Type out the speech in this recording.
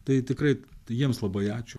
tai tikrai tai jiems labai ačiū